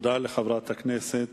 תודה לחברת הכנסת